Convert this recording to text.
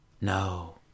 No